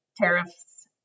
tariffs